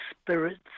Spirit's